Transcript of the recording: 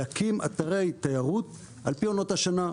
להקים אתרי תיירות על פי עונות השנה.